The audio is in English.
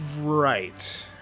Right